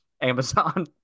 Amazon